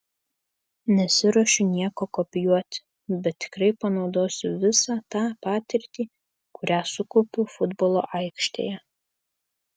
nesiruošiu nieko kopijuoti bet tikrai panaudosiu visą tą patirtį kurią sukaupiau futbolo aikštėje